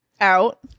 out